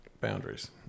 boundaries